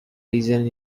region